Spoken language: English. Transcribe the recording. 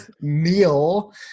Neil